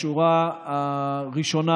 בשורה הראשונה